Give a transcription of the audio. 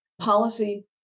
policy